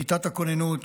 כיתת הכוננות,